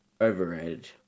Overrated